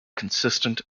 consistent